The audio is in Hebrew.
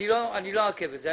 אני לא אעכב את זה.